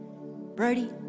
Brody